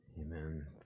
Amen